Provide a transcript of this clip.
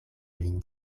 lin